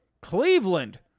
Cleveland